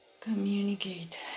communicate